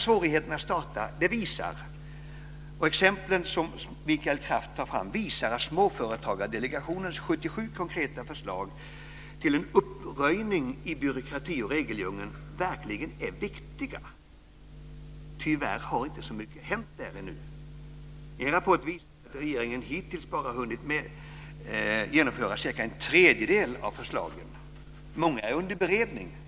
Svårigheterna att starta företag, och exemplet Mikael Kraft, visar att Småföretagsdelegationens 77 konkreta förslag till en uppröjning i byråkrati och regeldjungeln verkligen är viktiga. Tyvärr har inte så mycket hänt ännu. En rapport visar att regeringen hittills bara hunnit genomföra cirka en tredjedel av förslagen. Många är under beredning.